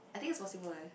I think it's possible eh